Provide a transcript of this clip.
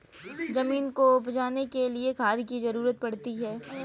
ज़मीन को उपजाने के लिए खाद की ज़रूरत पड़ती है